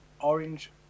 orange